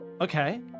Okay